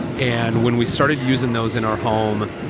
and when we started using those in our home,